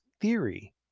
theory